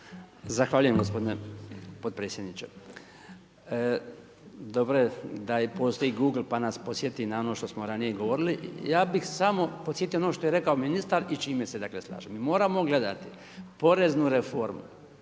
Zahvaljujem gospodine potpredsjedniče. Dobro je da postoji google pa nas podsjeti na ono što smo ranije govorili. Ja bih samo podsjetio na ono što je rekao ministar i čime se dakle slažem. Mi moramo gledati poreznu reformu